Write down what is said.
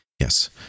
yes